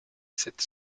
sept